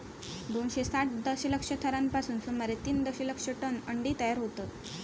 दोनशे साठ दशलक्ष थरांपासून सुमारे तीन दशलक्ष टन अंडी तयार होतत